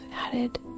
added